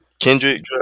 Kendrick